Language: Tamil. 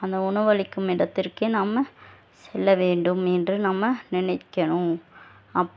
அந்த உணவளிக்கும் இடத்திற்கே நம்ம செல்ல வேண்டும் என்று நம்ம நினைக்கணும் அப்